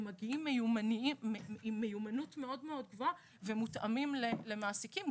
הם מגיעים עם מיומנות מאוד גבוהה ומותאמים למעסיקים.